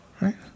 Right